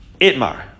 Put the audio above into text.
itmar